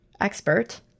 expert